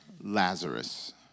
Lazarus